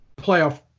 playoff